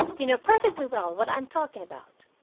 you know perfectly well what i am talking about.